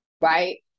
right